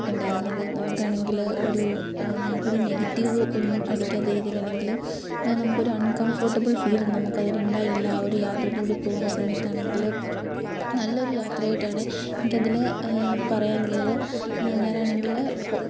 ഉണ്ടായിരുന്നത് നമുക്കാണെങ്കിൽ ഒരു നമുക്കൊരു നെഗറ്റീവ് ഒന്നും അടിക്കാത്ത രീതിയിൽ അല്ലെങ്കിൽ ന്നെ നമുക്കൊരു അൺകംഫെർട്ടബിൾ ഫീല് നമുക്കതിൽ ഉണ്ടായില്ല ആ ഒരു യാത്രയിലൂടെ പോകുന്ന സമയത്താണെങ്കിൽ നല്ലൊരു യാത്രയായിട്ടാണ് എനിക്കതിൽ പറയാനുള്ളത് ഞാനാണെങ്കിൽ പോ